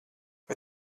vai